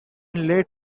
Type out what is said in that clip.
late